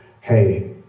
Hey